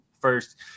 first